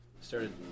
started